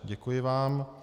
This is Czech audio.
Děkuji vám.